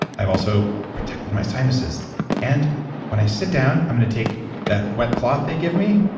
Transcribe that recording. i've also protected my sinuses and when i sit down, i'm going to take that wet cloth they give me,